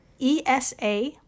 ESA